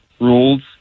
rules